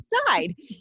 outside